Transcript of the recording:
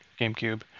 GameCube